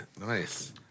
Nice